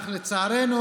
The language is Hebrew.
לצערנו,